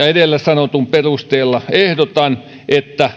edellä sanotun perusteella ehdotan että